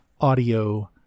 audio